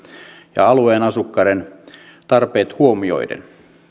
ja alueen asukkaiden tarpeet huomioiden